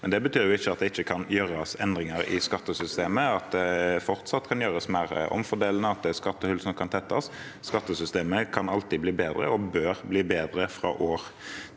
Det betyr ikke at det ikke kan gjøres endringer i skattesystemet, at det ikke fortsatt kan gjøres mer omfordelende, og at det ikke er skattehull som kan tettes. Skattesystemet kan alltid bli bedre og bør bli bedre fra år